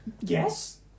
Yes